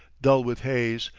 dull with haze,